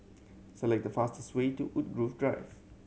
select the fastest way to Woodgrove Drive